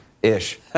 Ish